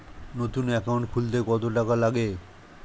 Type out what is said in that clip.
নতুন একাউন্ট খুলতে কত টাকা লাগে?